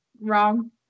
wrong